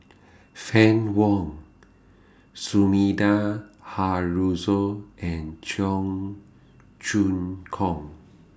Fann Wong Sumida Haruzo and Cheong Choong Kong